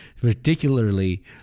particularly